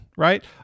Right